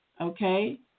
okay